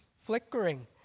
flickering